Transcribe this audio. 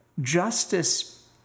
justice